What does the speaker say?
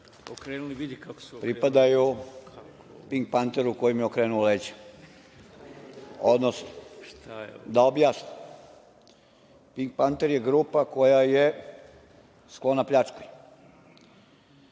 pripadaju „Pink Panteru“, koji mi je okrenuo leđa. Odnosno, da objasnim, „Pink Partner“ je grupa koja je sklona pljački. Ovaj